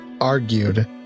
argued